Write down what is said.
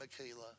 Michaela